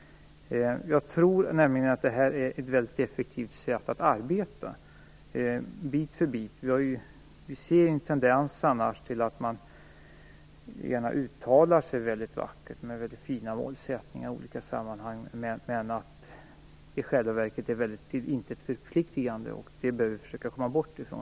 Jag tror att detta med att ta bit för bit är ett effektivt sätt att arbeta på. Det finns ju en tendens till att i olika sammanhang uttala sig väldigt vackert om fina målsättningar. I själva verket är dock det hela till intet förpliktande. Sådant bör vi i miljöpolitiken försöka komma bort från.